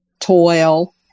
toil